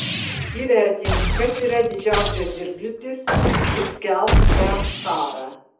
įvertink kas yra didžiausias dirgiklis ir skelbk jam karą